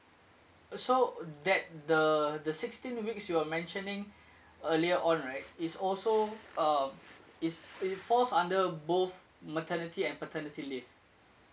uh so that the the sixteen weeks you were mentioning earlier on right it's also um it's it falls under both maternity and paternity leave